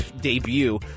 debut